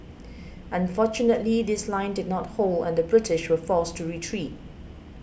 unfortunately this line did not hold and the British were forced to retreat